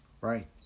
Right